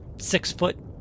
six-foot